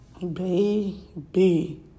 Baby